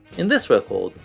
in this record,